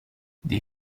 des